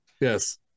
yes